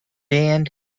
and